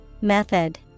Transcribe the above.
Method